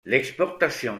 l’exportation